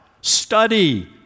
Study